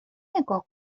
نگاه